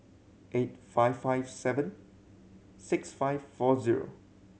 eight five five seven six five four zero